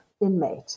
inmate